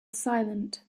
silent